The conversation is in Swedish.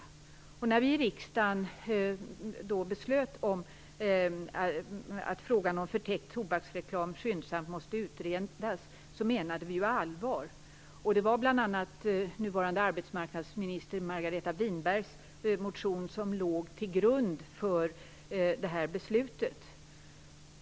När vi i riksdagen beslutade om att frågan om förtäckt tobaksreklam skyndsamt måste utredas menade vi allvar. Det var bl.a. nuvarande arbetsmarknadsminister Margareta Winbergs motion som låg till grund för det här beslutet.